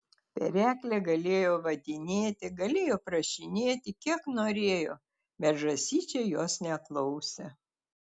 pereklė galėjo vadinėti galėjo prašinėti kiek norėjo bet žąsyčiai jos neklausė